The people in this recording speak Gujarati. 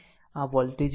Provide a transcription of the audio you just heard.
આમ આ વોલ્ટેજ v2 છે